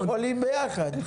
היינו חולים ביחד.